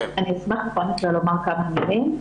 אני אשמח לומר כמה דברים.